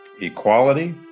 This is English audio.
equality